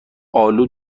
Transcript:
آلو